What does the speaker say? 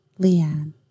Leanne